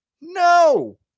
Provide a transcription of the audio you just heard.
No